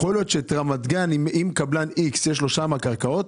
להיות שאם לקבלן מסוים יש ברמת גן קרקעות,